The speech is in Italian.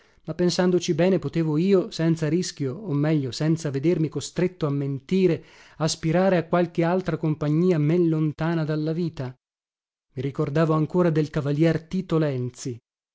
ma pensandoci bene potevo io senza rischio o meglio senza vedermi costretto a mentire aspirare a qualche altra compagnia men lontana dalla vita i ricordavo ancora del cavalier tito lenzi